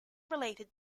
related